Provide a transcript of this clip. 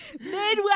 Midwest